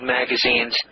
magazines